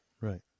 right